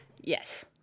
Yes